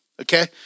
Okay